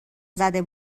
زده